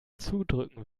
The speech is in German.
zudrücken